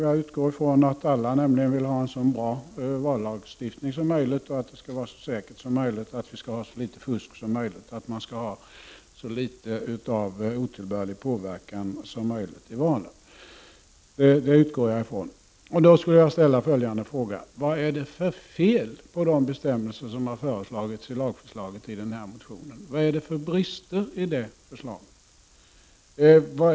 Jag utgår nämligen ifrån att alla vill ha en så bra vallagstiftning som möjligt, att det skall vara så säkert som möjligt, att vi skall ha så litet fusk som möjligt, att det skall vara så litet som möjligt av otillbörlig påverkan vid valen. Den fråga jag vill ställa är följande: Vad är det för fel på bestämmelserna i lagförslaget i motionen? Vad finns det för brister i det förslaget?